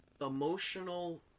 emotional